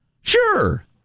sure